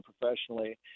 professionally